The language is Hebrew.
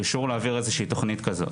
אישור להעביר איזושהי תוכנית כזאת.